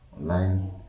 online